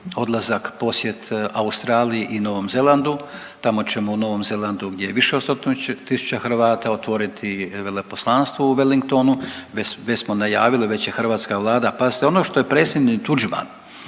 posjet Australiji i Novom Zelandu. Tamo ćemo u Novom Zelandu gdje je više od stotinu tisuća Hrvata otvoriti veleposlanstvo u Wellingtonu, već smo najavili, već je hrvatska Vlada. Pazite ono što je predsjednik Tuđman